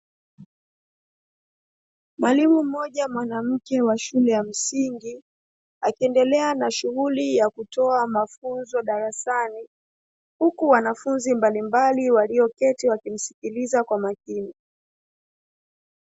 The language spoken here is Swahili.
Mwalimu mmoja mwanamke wa shule ya msingi, akiendelea na shughuli ya kutoa mafunzo darasani, huku wanafunzi mbalimbali walioketi wakimsikiliza kwa makini.